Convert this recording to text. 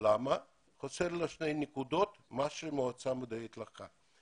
חסרו לה שתי נקודות, מה שהמועצה המדעית לקחה.